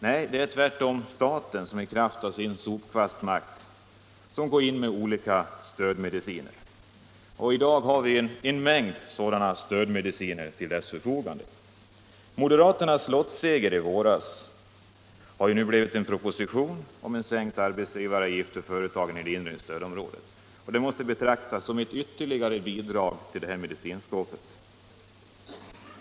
Nej, det blir tvärtom staten i kraft av sin sopkvastmakt som går in med olika stödmediciner. I dag finns en mängd sådana stödmediciner till dess förfogande. Moderaternas lottseger i våras har nu blivit en proposition om sänkt arbetsgivaravgift för företagen inom det inre stödområdet. Det måste betraktas som ett ytterligare bidrag till det här medicinskåpet.